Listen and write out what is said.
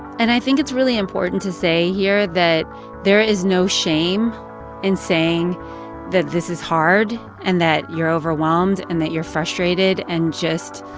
and i think it's really important to say here that there is no shame in saying that this is hard and that you're overwhelmed and that you're frustrated and just